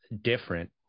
different